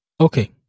Okay